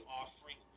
offering